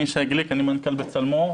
אני שי גליק, מנכ"ל בצלמו.